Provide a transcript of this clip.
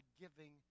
giving